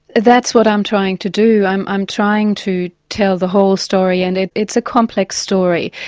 that's what i'm trying to do. i'm i'm trying to tell the whole story, and it's a complex story.